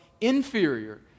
inferior